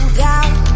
doubt